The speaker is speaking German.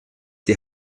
die